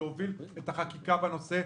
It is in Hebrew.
להוביל את החקיקה בנושא,